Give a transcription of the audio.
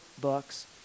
books